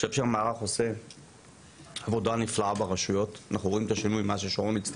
שייתן מענה גם לשירותים ממשלתיים וגם לשירותים של רשויות מקומיות מקצה